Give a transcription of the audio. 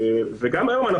וגם היום אנחנו